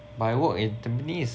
but I work in tampines